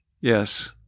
yes